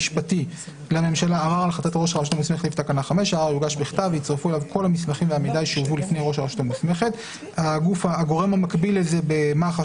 הרשות המוסמכת ייתן את החלטתו בהקדם האפשרי בנסיבות